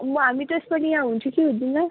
म हामी त यसपालि यहाँ हुन्छु कि हुँदिनँ